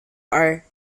are